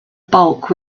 bulk